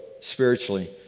spiritually